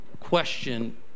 question